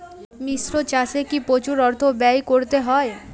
মিশ্র চাষে কি প্রচুর অর্থ ব্যয় করতে হয়?